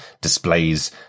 displays